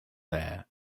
there